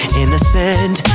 innocent